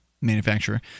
manufacturer—